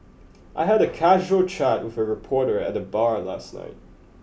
I had a casual chat with a reporter at the bar last night